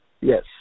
Yes